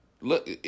look